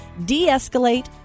Deescalate